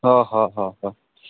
ᱚ ᱦᱚᱸ ᱦᱚᱸ